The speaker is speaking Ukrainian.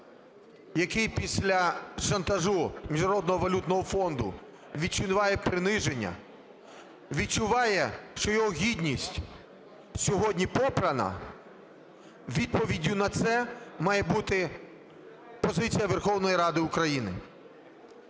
який після шантажу Міжнародного валютного фонду відчуває приниження, відчуває, що його гідність сьогодні попрана, відповіддю на це має бути позиція Верховної Ради України.